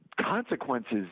consequences